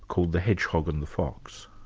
called the hedgehog and the fox.